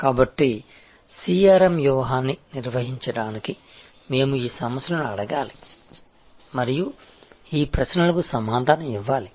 కాబట్టి CRM వ్యూహాన్ని నిర్వచించడానికి మేము ఈ సమస్యలను అడగాలి మరియు ఈ ప్రశ్నలకు సమాధానం ఇవ్వాలి